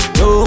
no